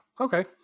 okay